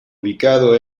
ubicado